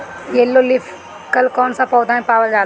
Yellow leaf curl कौन सा पौधा में पावल जाला?